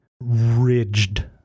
ridged